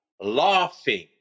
laughing